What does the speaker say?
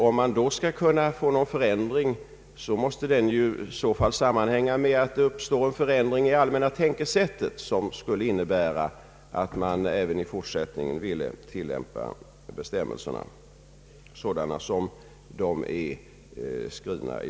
Om man då skall kunna få någon förändring till stånd, måste den i så fall sammanhänga med att det uppstår förändringar i det allmänna tänkesättet innebärande att man även i fortsättningen vill tillämpa bestämmelserna sådana de i dag är skrivna.